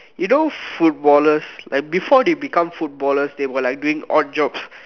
you know footballers like before they become footballers they were like doing odd jobs